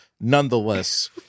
nonetheless